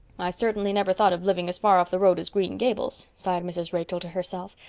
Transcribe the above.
i certainly never thought of living as far off the road as green gables, sighed mrs. rachel to herself.